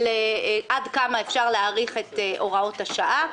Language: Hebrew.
עד כמה אפשר להאריך את הוראות השעה.